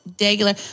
regular